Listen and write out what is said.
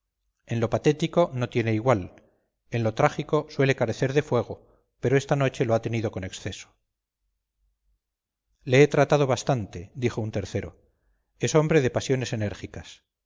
en lo patético no tiene igual en lo trágico suele carecer de fuego pero esta noche lo ha tenido con exceso le he tratado bastante dijo un tercero es hombre de pasiones enérgicas